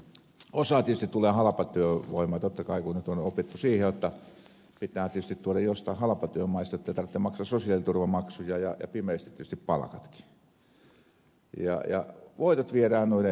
osa tietysti tulee halpatyövoimana totta kai kun nyt on opittu siihen jotta pitää tietysti tuoda jostain halpatyömaista ettei tarvitse maksaa sosiaaliturvamaksuja ja pimeästi tietysti palkatkin ja voitot viedään tuonne ulos